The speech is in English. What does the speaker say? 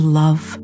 love